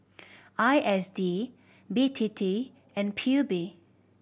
I S D B T T and P U B